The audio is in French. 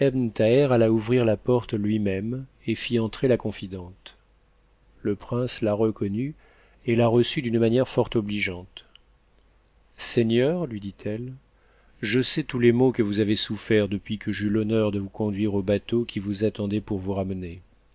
alla ouvrir la porte lui-même et fit entrer la confidente le prince la reconnut et la reçut d'une manière fort obligeante seigneur lui ditelle je sais tous les maux que vous avez soufferts depuis que j'eus l'honneur de vous conduire au bateau qui vous attendait pour vous ramener